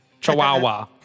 Chihuahua